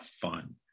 fun